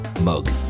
mug